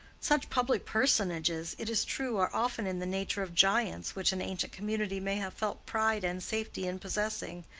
such public personages, it is true, are often in the nature of giants which an ancient community may have felt pride and safety in possessing,